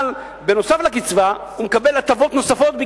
אבל נוסף על הקצבה הוא מקבל הטבות נוספות,